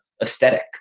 aesthetic